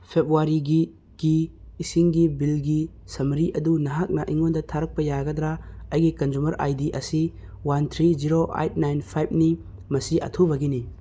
ꯐꯦꯕꯋꯥꯔꯤꯒꯤ ꯏꯁꯤꯡꯒꯤ ꯕꯤꯜꯒꯤ ꯁꯝꯃꯔꯤ ꯑꯗꯨ ꯅꯍꯥꯛꯅ ꯑꯩꯉꯣꯟꯗ ꯊꯥꯔꯛꯄ ꯌꯥꯒꯗ꯭ꯔꯥ ꯑꯩꯒꯤ ꯀꯟꯖꯨꯃꯔ ꯑꯥꯏ ꯗꯤ ꯑꯁꯤ one three zero eight nine ꯐꯥꯏꯕꯅꯤ ꯃꯁꯤ ꯑꯊꯨꯕꯒꯤꯅꯤ